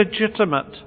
legitimate